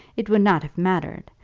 it would not have mattered.